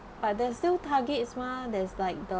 but there's still targets mah there's like the